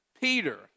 Peter